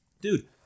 Dude